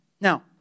now